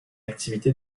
activité